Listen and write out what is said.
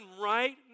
right